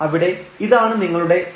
അവിടെ ഇതാണ് നിങ്ങളുടെ ϵ